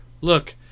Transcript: look